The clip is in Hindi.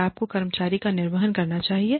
क्या आपको कर्मचारी का निर्वहन करना चाहिए